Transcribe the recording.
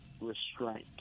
restraint